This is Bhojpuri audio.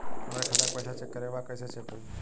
हमरे खाता के पैसा चेक करें बा कैसे चेक होई?